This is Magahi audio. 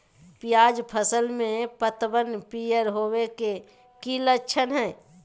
प्याज फसल में पतबन पियर होवे के की लक्षण हय?